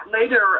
later